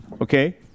okay